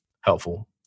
helpful